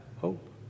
hope